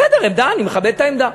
בסדר, עמדה, אני מכבד את העמדה.